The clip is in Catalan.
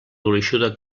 gruixuda